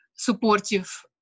supportive